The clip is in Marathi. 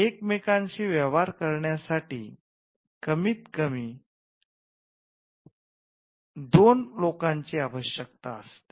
एकमेकांशी व्यवहार करण्यासाठी कमीतकमी दोन लोकांची आवश्यकता असते